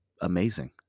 amazing